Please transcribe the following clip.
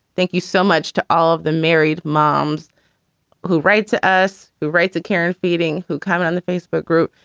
thank you so much to all of the married moms who write to us, who write the care and feeding, who come in on the facebook group,